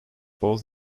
both